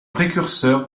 précurseur